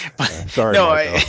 Sorry